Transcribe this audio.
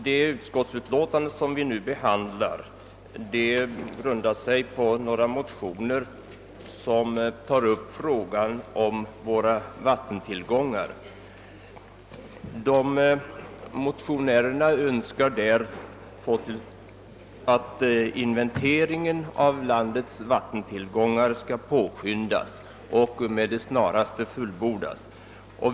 Det utskottsutlåtande som vi nu behandlar grundar sig på några motioner som tar upp frågan om våra vattentillgångar. Motionärerna önskar att inventeringen av landets vattentillgångar skall påskyndas och med det snaraste fullbordas.